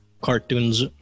cartoons